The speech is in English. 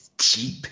cheap